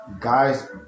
guys